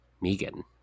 Megan